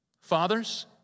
Fathers